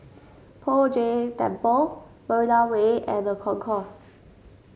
Poh Jay Temple Marina Way and The Concourse